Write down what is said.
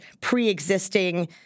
pre-existing